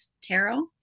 Tarot